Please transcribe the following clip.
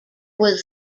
was